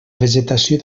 vegetació